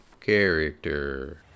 Character